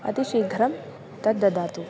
अतिशीघ्रं तद् ददातु